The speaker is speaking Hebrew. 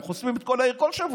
הם חוסמים את כל העיר כל שבוע.